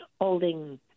holding